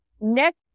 next